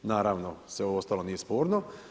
Naravno sve ovo ostalo nije sporno.